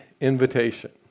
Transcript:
invitation